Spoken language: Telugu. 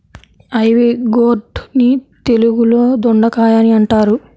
ఐవీ గోర్డ్ ని తెలుగులో దొండకాయ అని అంటారు